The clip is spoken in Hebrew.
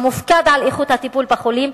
המופקד על איכות הטיפול בחולים,